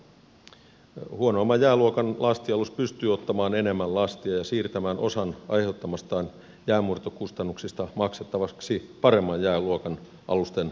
huonoimman jääluokan lastialus pystyy ottamaan enemmän lastia ja siirtämään osan aiheuttamistaan jäänmurtokustannuksista maksettavaksi paremman jääluokan alusten väylämaksujen kautta